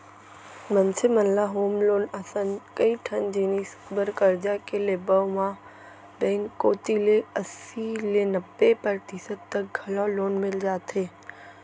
मनसे मन ल होम लोन असन कइ ठन जिनिस बर करजा के लेवब म बेंक कोती ले अस्सी ले नब्बे परतिसत तक घलौ लोन मिल जाथे